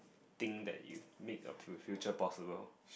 thing that you make you feel future possible